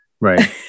right